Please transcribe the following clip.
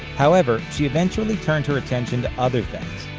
however, she eventually turned her attention to other things.